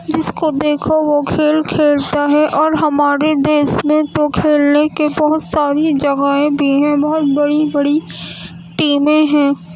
جس کو دیکھو وہ کھیل کھیلتا ہے اور ہمارے دیش میں تو کھیلنے کے بہت ساری جگہیں بھی ہیں بہت بڑی بڑی ٹیمیں ہیں